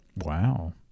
Wow